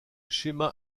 schéma